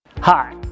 Hi